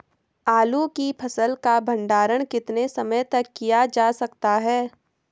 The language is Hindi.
आलू की फसल का भंडारण कितने समय तक किया जा सकता है?